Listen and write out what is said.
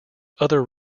other